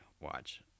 Watch